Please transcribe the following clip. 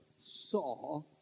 saw